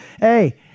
Hey